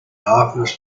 offers